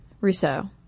Rousseau